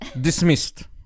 Dismissed